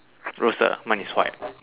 roasted ah mine is white